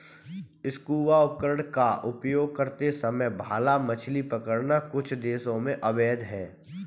scuba उपकरण का उपयोग करते समय भाला मछली पकड़ना कुछ देशों में अवैध है